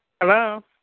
Hello